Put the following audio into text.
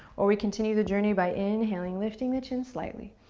or we continue the journey by inhaling, lifting the chin slightly,